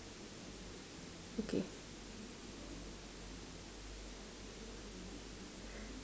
okay